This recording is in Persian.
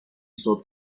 صبح